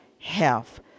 health